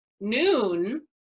noon